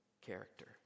character